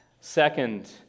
second